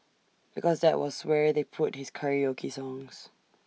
because that was where they put his karaoke songs